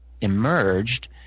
emerged